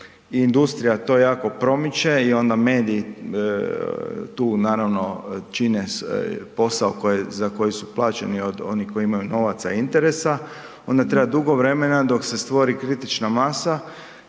industrija to jako promiče i onda mediji tu čine posao za koji su plaćeni od onih koji imaju novaca i interesa onda treba dugo vremena dok se stvori kritična masa